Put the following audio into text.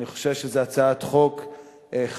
אני חושב שזו הצעת חוק חשובה,